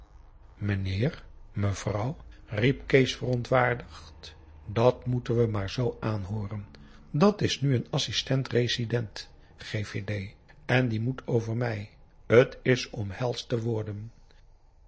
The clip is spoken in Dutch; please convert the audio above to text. mijnheer mevrouw riep kees verontwaardigd dat moeten we maar zoo aanhooren dat is nu een assistent-resident gévédé en die moet over mij het is om helsch te worden